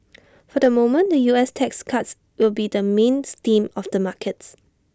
for the moment the U S tax cuts will be the main theme of the markets